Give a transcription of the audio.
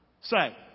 Say